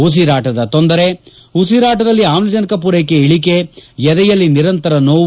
ಉಸಿರಾಟದ ತೊಂದರೆ ಉಸಿರಾಟದಲ್ಲಿ ಆಮ್ಲಜನಕ ಪೂರೈಕೆ ಇಳಕೆಎದೆಯಲ್ಲಿ ನಿರಂತರ ನೋವು